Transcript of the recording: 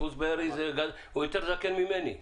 הוא יותר זקן ממני.